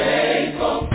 Faithful